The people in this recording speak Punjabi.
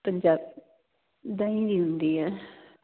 ਪੰਜਾ ਦਹੀਂ ਵੀ ਹੁੰਦੀ ਹੈ